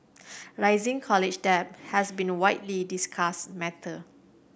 rising college debt has been a widely discussed matter